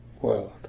world